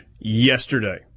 yesterday